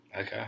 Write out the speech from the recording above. Okay